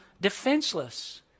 defenseless